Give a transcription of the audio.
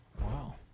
Wow